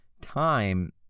time